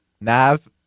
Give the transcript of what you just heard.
Nav